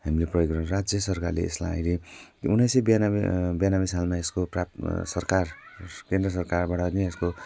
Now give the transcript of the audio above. हामीले प्रयोग गरेर राज्य सरकारले यसलाई अहिले उन्नाइस सय बयानब्बे बयानब्बे सालमा यसको प्रा सरकार केन्द्र सरकारबाट नै यसको